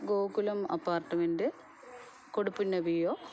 Gokulam apartment കൊടുപ്പുന്ന പിയ്യോ